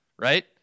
right